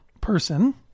person